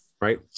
right